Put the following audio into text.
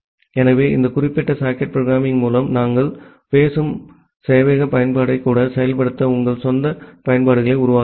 ஆகவே இந்த குறிப்பிட்ட சாக்கெட் புரோகிராமிங் மூலம் நாங்கள் பேசும் அரட்டை சேவையக பயன்பாட்டை கூட செயல்படுத்த உங்கள் சொந்த பயன்பாடுகளை உருவாக்கலாம்